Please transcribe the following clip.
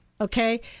okay